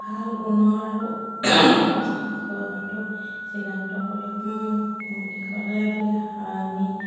ভাল গুণৰ আৰু সুস্থ জীৱ জন্তু চিনাক্ত কৰি বুলি ক'লে বুলি আমি